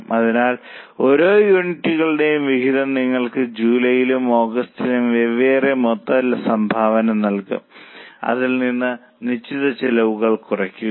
അതിനാൽ ഓരോ യൂണിറ്റുകളുടെയും വിഹിതം നിങ്ങൾക്ക് ജൂലൈയിലും ഓഗസ്റ്റിലും വെവ്വേറെ മൊത്ത സംഭാവന നൽകും അതിൽ നിന്ന് നിശ്ചിത ചെലവുകൾ കുറയ്ക്കുക